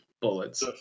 Bullets